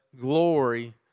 glory